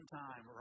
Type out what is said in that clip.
time